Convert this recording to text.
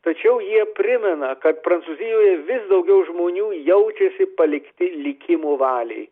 tačiau jie primena kad prancūzijoje vis daugiau žmonių jaučiasi palikti likimo valiai